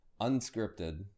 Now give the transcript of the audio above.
unscripted